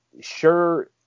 sure